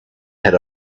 had